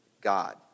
God